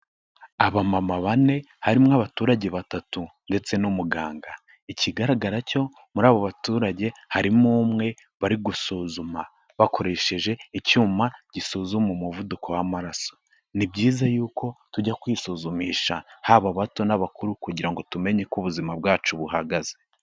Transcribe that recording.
Abamama bane harimo abaturage batatu ndetse n'umuganga. Ikigaragara cyo muri abo baturage harimo umwe bari gusuzuma bakoresheje icyuma gisuzuma umuvuduko w'amaraso. Ni byiza y'uko tujya kwisuzumisha haba abato n'abakuru kugira ngo tumenye uko ubuzima bwacu buhagaze.